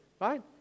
right